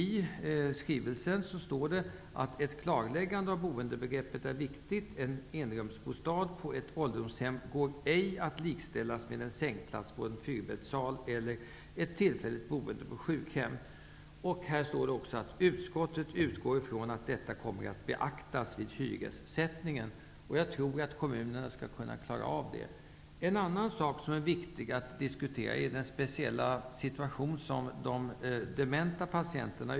I skrivelsen står det att ett klarläggande av boendebegreppet är viktigt. En enrumsbostad på ett ålderdomshem går ej att likställa med en sängplats på en fyrbäddssal eller ett tillfälligt boende på ett sjukhem. Det framgår också att utskottet utgår från att detta kommer att beaktas vid hyressättningen. Jag tror att kommunerna skall klara av detta. En annan sak som är viktig att diskutera är den speciella situationen med de dementa patienterna.